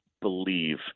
believe